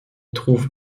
trouve